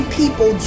people